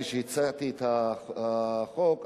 כשהצעתי את החוק,